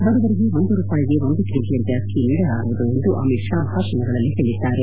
ಬಡವರಿಗೆ ಒಂದು ರೂಪಾಯಿಗೆ ಒಂದು ಕೆಜಿಯಂತೆ ಅಕ್ಕಿ ನೀಡಲಾಗುವುದು ಎಂದು ಅಮಿತ್ ಷಾ ಭಾಷಣಗಳಲ್ಲಿ ಹೇಳಿದ್ದಾರೆ